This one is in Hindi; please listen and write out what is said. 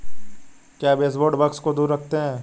क्या बेसबोर्ड बग्स को दूर रखते हैं?